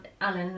Alan